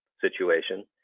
situation